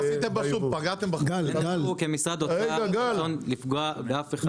אין לנו כמשרד אוצר רצון לפגוע באף אחד.